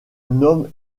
nomme